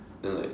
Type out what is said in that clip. then like